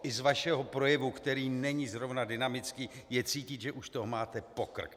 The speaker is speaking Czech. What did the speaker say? I z vašeho projevu, který není zrovna dynamický, je cítit, že už toho máte po krk.